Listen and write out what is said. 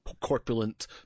corpulent